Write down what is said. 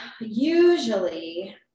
usually